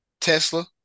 Tesla